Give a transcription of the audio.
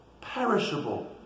perishable